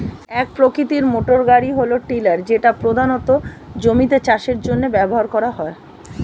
এক প্রকৃতির মোটরগাড়ি হল টিলার যেটা প্রধানত জমিতে চাষের জন্য ব্যবহার করা হয়